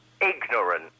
ignorant